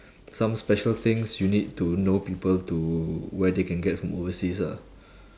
some special things you need to know people to where they can get from overseas ah